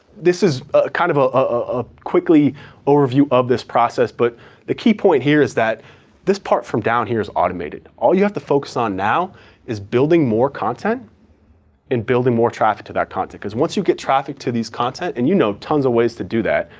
this is ah kind of a ah quick overview of this process, but the key point here is that this part from down here's automated. all you have to focus on now is building more content and building more traffic to that content, because once you get traffic to this content and you know tons of ways to do that,